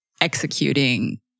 executing